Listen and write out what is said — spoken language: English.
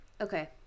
Okay